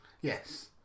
yes